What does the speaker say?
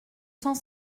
cent